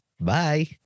Bye